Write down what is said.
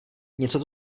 něco